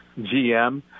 GM